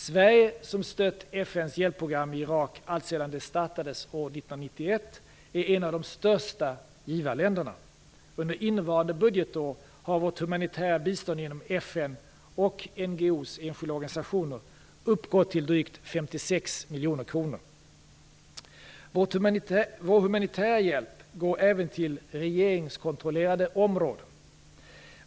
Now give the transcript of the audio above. Sverige, som stött FN:s hjälpprogram i Irak alltsedan det startades år 1991, är ett av de största givarländerna. Under innevarande budgetår har vårt humanitära bistånd genom FN och NGO:er uppgått till drygt 56 Vår humanitära hjälp går även till regeringskontrollerade områden.